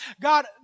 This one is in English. God